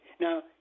Now